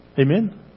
Amen